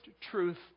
truth